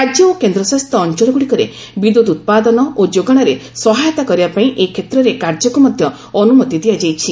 ରାଜ୍ୟ ଓ କେନ୍ଦ୍ରଶାସିତ ଅଞ୍ଚଳଗୁଡ଼ିକରେ ବିଦ୍ୟୁତ୍ ଉତ୍ପାଦନ ଓ ଯୋଗାଣରେ ସହାୟତା କରିବା ପାଇଁ ଏ କ୍ଷେତ୍ରରେ କାର୍ଯ୍ୟକୁ ମଧ୍ୟ ଅନୁମତି ଦିଆଯାଇଛି